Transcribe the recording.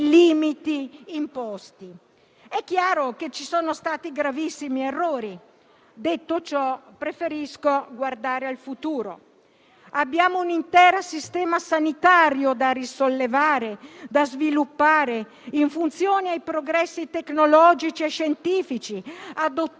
limiti imposti. È chiaro che sono stati commessi gravissimi errori. Detto ciò, preferisco guardare al futuro. Abbiamo un intero Sistema sanitario da risollevare e da sviluppare in funzione dei progressi tecnologici e scientifici, adottando